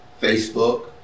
Facebook